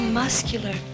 muscular